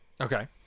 Okay